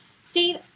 Steve